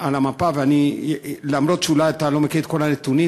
המפה אף שאולי אתה לא מכיר את כל הנתונים.